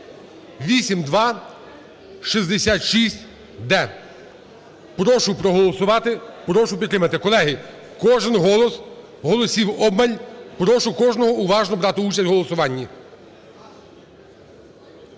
8266-д, прошу проголосувати, прошу підтримати. Колеги, кожен голос. Голосів обмаль. Прошу кожного уважно брати участь в голосуванні.